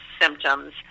symptoms